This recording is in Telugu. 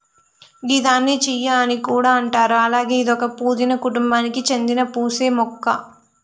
గిదాన్ని చియా అని కూడా అంటారు అలాగే ఇదొక పూదీన కుటుంబానికి సేందిన పూసే మొక్క